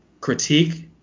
critique